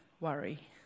worry